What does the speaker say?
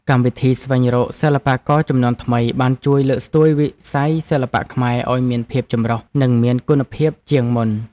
កម្មវិធីស្វែងរកសិល្បករជំនាន់ថ្មីបានជួយលើកស្ទួយវិស័យសិល្បៈខ្មែរឱ្យមានភាពចម្រុះ និងមានគុណភាពជាងមុន។